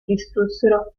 distrussero